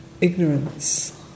ignorance